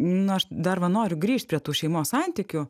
nu aš va dar noriu grįžt prie tų šeimos santykių